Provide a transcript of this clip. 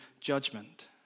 judgment